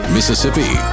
Mississippi